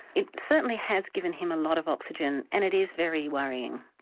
it certainly has given him a lot of oxygen, and it is very worrying.